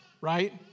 right